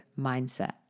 mindset